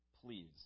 Please